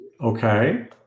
Okay